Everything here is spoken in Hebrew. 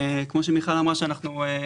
כפי שמיכל רשף אמרה,